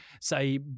say